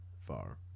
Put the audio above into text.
far